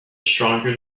stronger